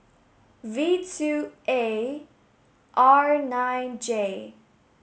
V two A R nine J